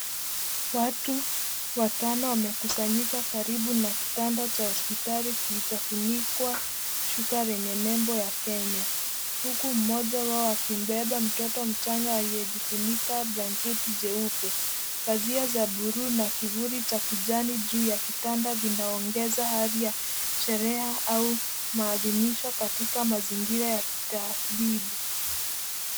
Watu watano wamekusanyika karibu na kitanda cha hospitali kilichofunikwa shuka lenye nembo ya Kenya huku mmoja wao akimbeba mtoto mchanga aliyejifunika blanketi jeupe. Pazia za buluu na kivuli cha kijani juu ya kitanda vinaongeza hali ya sherehe au maadimisho katika mazingira ya kitabibu.